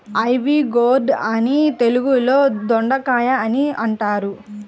ivy gourd ని తెలుగులో దొండకాయ అని అంటారు